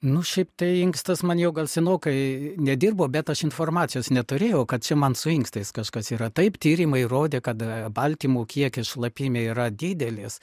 nu šiaip tai inkstas man jau gal senokai nedirbo bet aš informacijos neturėjau kad čia man su inkstais kažkas yra taip tyrimai įrodė kad baltymo kiekis šlapime yra didelis